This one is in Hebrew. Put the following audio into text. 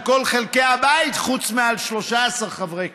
על כל חלקי הבית חוץ מ-13 חברי כנסת.